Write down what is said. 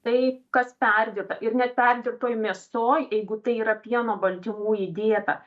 tai kas perdirbta ir net perdirbtoj mėsoj jeigu tai yra pieno baltymų įdėta